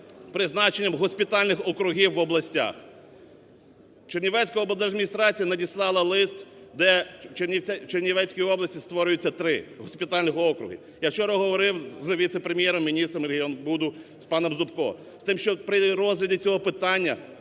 призначенням госпітальних округів в областях. Чернівецька облдержадміністрація надіслала лист, де в Чернівецькій області створюються три госпітальні округи. Я вчора говорив з віце-прем'єром - міністром регіонбуду паном Зубко, з тим, щоб при розгляді цього питання